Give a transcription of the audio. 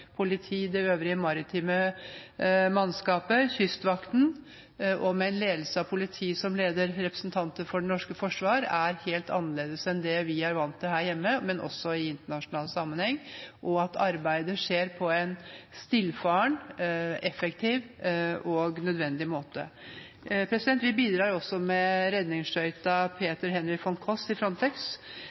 det øvrige maritime mannskapet, Kystvakten, og med en ledelse av politiet, som leder representanter for det norske forsvar – er helt annerledes enn det vi er vant til her hjemme, men også i internasjonal sammenheng, og at arbeidet skjer på en stillfaren, effektiv og nødvendig måte. Vi bidrar også med redningsskøyta «Peter Henry von Koss» i Frontex’